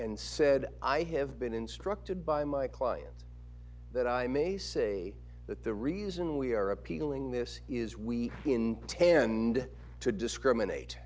and said i have been instructed by my clients that i may say that the reason we are appealing this is we intend to discriminate